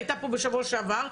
הייתה פה בשבוע שעבר.